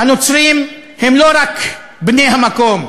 הנוצרים הם לא רק בני המקום,